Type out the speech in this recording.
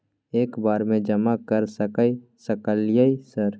एक बार में जमा कर सके सकलियै सर?